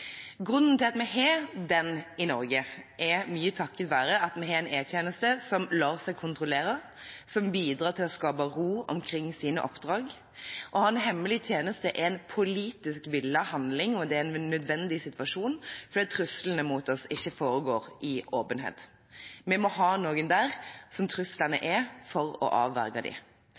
At vi har den i Norge, er mye takket være at vi har en E-tjeneste som lar seg kontrollere, og som bidrar til å skape ro omkring sine oppdrag. Å ha en hemmelig tjeneste er en politisk villet handling, og det er en nødvendig situasjon, fordi truslene mot oss ikke foregår i åpenhet. Vi må ha noen der hvor truslene er, for